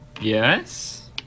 Yes